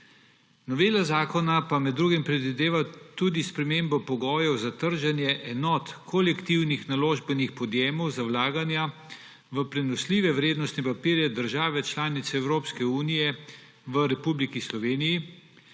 Novela zakona pa med drugim predvideva tudi spremembo pogojev za trženje enot kolektivnih naložbenih podjemov za vlaganja v prenosljive vrednostne papirje države članice Evropske unije v Republiki Sloveniji,